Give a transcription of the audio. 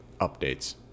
updates